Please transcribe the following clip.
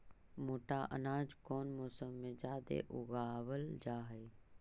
मोटा अनाज कौन मौसम में जादे उगावल जा हई?